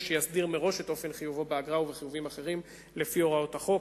שיסדיר מראש את אופן חיובו באגרה ובחיובים אחרים לפי הוראות החוק,